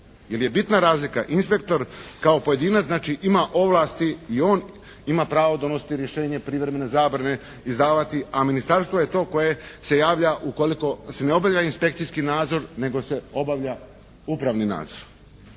Jer je bitna razlika. Inspektor kao pojedinac znači ima ovlasti i on ima pravo donositi rješenje, privremene zabrane izdavati. A Ministarstvo je to koje se javlja ukoliko se ne obavlja inspekcijski nadzor nego se obavlja upravni nadzor.